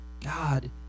God